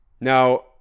Now